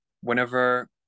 whenever